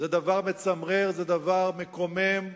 זה דבר מצמרר, זה דבר מקומם,